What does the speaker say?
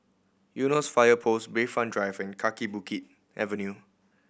Eunos Fire Post Bayfront Drive and Kaki Bukit Avenue